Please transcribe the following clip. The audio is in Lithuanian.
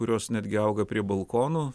kurios netgi auga prie balkonų